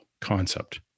concept